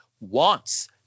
wants